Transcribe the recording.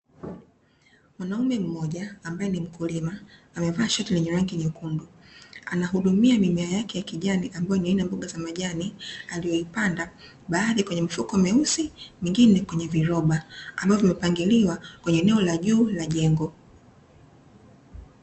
Mwanaume mmoja ambaye ni mkulima, amevaa shati la rangi nyekundu, anahudumia mimea yake ya kijani ambayo ni aina ya mboga za majani aliyoipanda, baadhi kwenye mifuko meusi mingine kwenye viroba, ambavyo vimepangiliwa kwenye eneo la juu ya jengo.